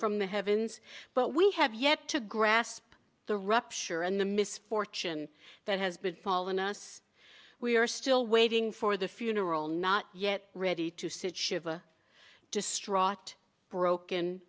from the heavens but we have yet to grasp the rupture and the misfortune that has been following us we are still waiting for the funeral not yet ready to sit shivah distraught broken